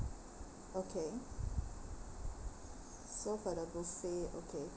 okay so for the buffet okay